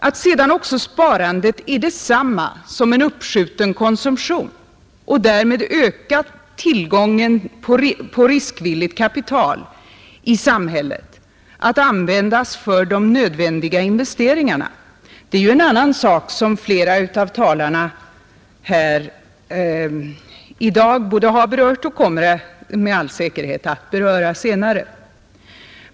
Att sedan också sparandet är detsamma som en uppskjuten konsumtion och därmed ökar tillgången på riskvilligt kapital i samhället, att användas för de nödvändiga investeringarna, är en annan sak, som flera av talarna här i dag både har uppehållit sig vid och kommer att — med all säkerhet — beröra senare.